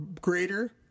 greater